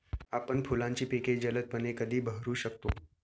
आपण फुलांची पिके जलदपणे कधी बहरू शकतो?